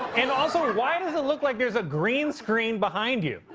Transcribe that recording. and also, ah why does it look like there's a green screen behind you?